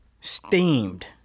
steamed